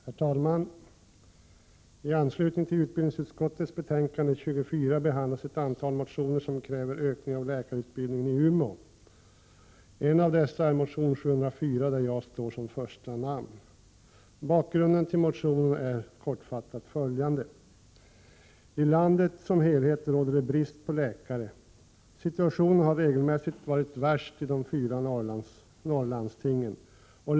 Herr talman! I anslutning till utbildningsutskottets betänkande 24 behandlas ett antal motioner i vilka man kräver en ökning av läkarutbildningen i Umeå. En av dessa motioner är Ub704 där jag står som första namn. Bakgrunden till motionen är kortfattat följande. I landet som helhet råder det brist på läkare. Situationen har regelmässigt varit värst i de fyra Norrlandslandstingen.